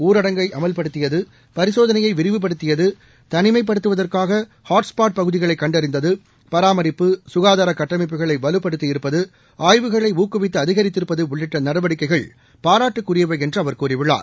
ஊரடங்கை அமல்படுத்தியது பரிசோதனையை விரிவுபடுத்தியது தனிமைப்படுத்துவதற்காக ஹாட்ஸ் பாட் பகுதிகளை கண்டறிந்தது பராமரிப்பு சுகாதாரக்கட்டமைப்புகளைவலுப்படுத்திஇருப்பது ஆய்வுகளைஊக்குவித்துஅதிகரித்திருப்பதுஉள்ளிட்ட நடவடிக்கைகள் பாராட்டுக்கு உரியவை என்று அவர் கூறியுள்ளார்